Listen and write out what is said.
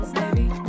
baby